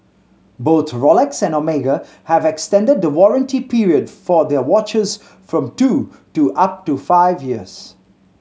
both Rolex and Omega have extended the warranty period for their watches from two to up to five years